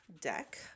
deck